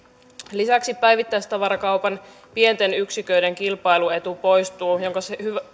lisäksi päivittäistavarakaupan pienten yksiköiden kilpailuetu poistuu minkä